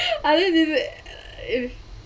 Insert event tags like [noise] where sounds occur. other than [laughs]